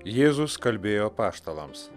jėzus kalbėjo apaštalams